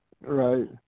Right